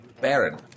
Baron